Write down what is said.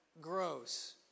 grows